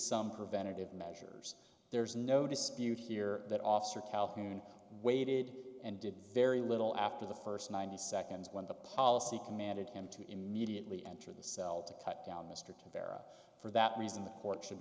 some preventative measures there is no dispute here that officer calhoun waited and did very little after the first ninety seconds when the policy commanded him to immediately enter the cell to cut down mr to vera for that reason the court should